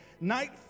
Night